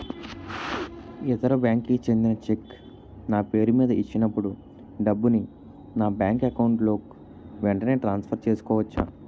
ఇతర బ్యాంక్ కి చెందిన చెక్ నా పేరుమీద ఇచ్చినప్పుడు డబ్బుని నా బ్యాంక్ అకౌంట్ లోక్ వెంటనే ట్రాన్సఫర్ చేసుకోవచ్చా?